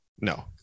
no